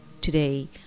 today